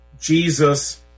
Jesus